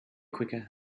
quicker